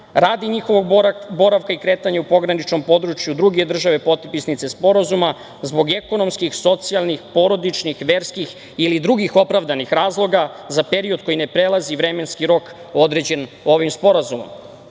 radi njihovog boravka i kretanja u pograničnom području druge države potpisnice sporazuma zbog ekonomskih socijalnih, porodičnih, verskih ili drugih opravdanih razloga za period koji ne prelazi vremenski rok određen ovim sporazumom. Ono